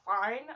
fine